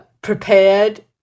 prepared